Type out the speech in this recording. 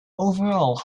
overall